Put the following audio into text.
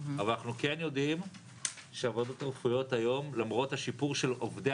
אבל אנחנו כן יודעים שהוועדות הרפואיות היום למרות השיפור של עובדי